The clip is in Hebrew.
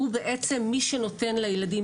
הוא בעצם מי שנותן לילדים,